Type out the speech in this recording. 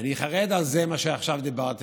אני חרד על מה שעכשיו דיברת.